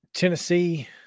Tennessee